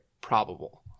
probable